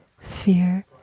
fear